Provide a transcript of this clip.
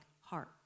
heart